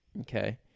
okay